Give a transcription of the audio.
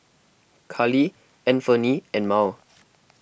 Kallie Anfernee and Myrl